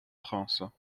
prince